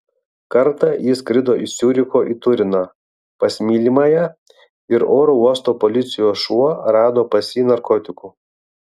kartą jis skrido iš ciuricho į turiną pas mylimąją ir oro uosto policijos šuo rado pas jį narkotikų